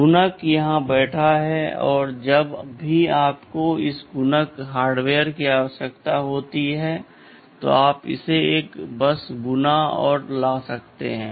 गुणक यहाँ बैठा है जब भी आपको इस गुणक हार्डवेयर की आवश्यकता होती है तो आप इसे एक बस में गुणा और ला सकते हैं